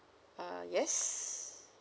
uh yes